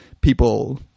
people –